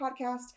podcast